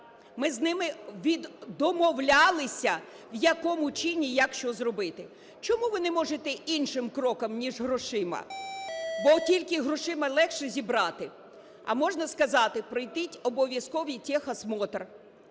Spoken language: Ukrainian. ми з ними домовлялися, в якому чині як що зробити. Чому ви не можете іншим кроком, ніж грошима? Бо тільки грошима легше зібрати. А можна сказати: пройдіть обов'язковий техосмотр,